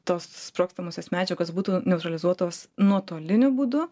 tos sprogstamosios medžiagos būtų neutralizuotos nuotoliniu būdu